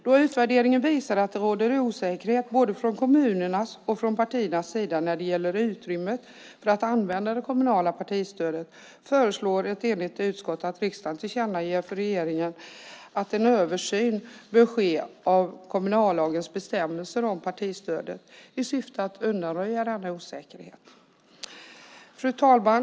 Då utvärderingen visar att det råder osäkerhet från både kommunernas och partiernas sida när det gäller utrymmet för att använda det kommunala partistödet föreslår ett enigt utskott att riksdagen tillkännager för regeringen att en översyn bör ske av kommunallagens bestämmelser om partistödet i syfte att undanröja denna osäkerhet. Fru talman!